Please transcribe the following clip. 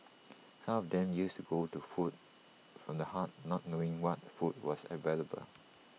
some of them used to go to food from the heart not knowing what food was available